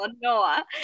Noah